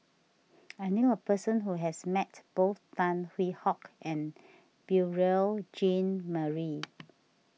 I knew a person who has met both Tan Hwee Hock and Beurel Jean Marie